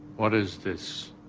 what is this?